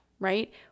right